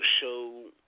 show